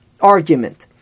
argument